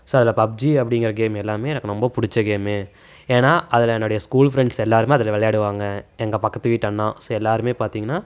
so PUBG அப்படிங்கிற game எல்லாமே எனக்கு ரொம்ப பிடிச்ச கேமு ஏன்னா அதில் என்னோடய ஸ்கூல் ஃப்ரெண்ட்ஸ் எல்லாருமே அதில் விளையாடுவாங்கள் எங்கள் பக்கத்துக்கு வீட்டு அண்ணா ஸோ எல்லாருமே பார்த்திங்கனா